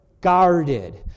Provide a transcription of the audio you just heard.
guarded